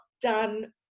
done